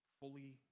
fully